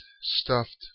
Stuffed